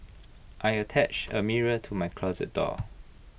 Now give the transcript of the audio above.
I attached A mirror to my closet door